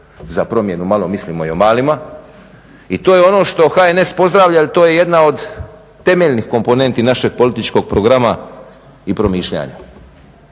za promjenu malo mislimo i o malima, i to je ono što HNS pozdravlja jel to je jedna od temeljnih komponenti našeg političkog programa i promišljanja.